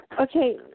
okay